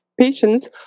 patients